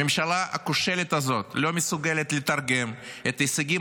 הממשלה הכושלת הזאת לא מסוגלת לתרגם את ההישגים